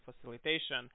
facilitation